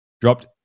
dropped